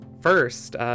first